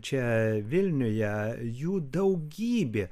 čia vilniuje jų daugybė